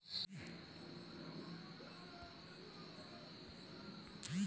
tractor ल चलाए बर डीजल लगही अउ डीजल भराए बर पइसा दो लगते अहे